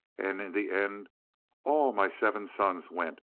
and in the end all my seven sons went,